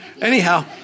Anyhow